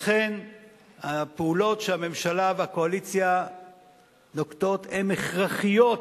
לכן הפעולות שהממשלה והקואליציה נוקטות הן הכרחיות